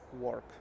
work